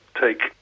take